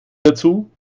dazu